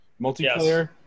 multiplayer